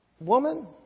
Woman